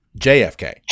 JFK